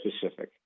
specific